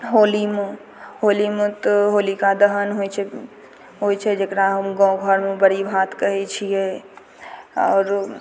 होलीमे होलीमे तऽ होलिका दहन होइ छै जेकरा हम गाँव घरमे बड़ी भात कहै छियै आओर